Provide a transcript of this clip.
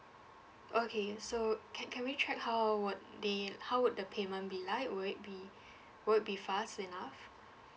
okay so can can we check how would the how would the payment be like will it be would it be fast enough